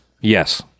yes